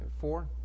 four